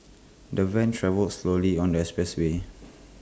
the van travelled slowly on the expressway